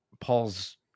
Paul's